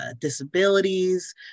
disabilities